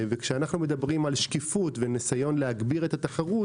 כשאנו מדברים על שקיפות וניסיון להגביר את התחרות,